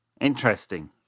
Interesting